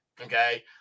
Okay